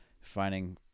finding